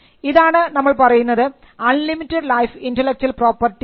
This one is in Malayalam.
ഇതാണ് നമ്മൾ പറയുന്നത് അൺലിമിറ്റഡ് ലൈഫ് ഇന്റെലക്ച്വൽ പ്രോപ്പർട്ടി എന്ന്